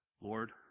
Lord